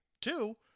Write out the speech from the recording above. Two